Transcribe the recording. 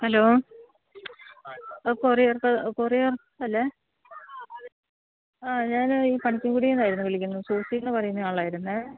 hello courier courier അല്ലേ ഞാന് ഈ പണിക്കൻകുടിയിൽ നിന്നായിരുന്നു വിളിക്കുന്നത് സൂഫീ എന്ന് പറയുന്ന ആളായിരുന്നു